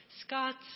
Scott's